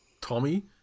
Tommy